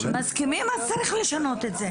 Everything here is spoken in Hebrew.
אם מסכימים אז צריך לשנות את זה.